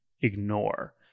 ignore